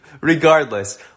Regardless